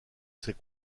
c’est